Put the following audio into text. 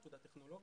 עתודה טכנולוגית,